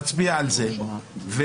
נצביע על זה ונמשיך.